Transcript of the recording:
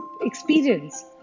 experience